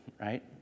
right